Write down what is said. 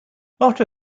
after